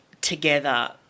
together